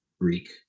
greek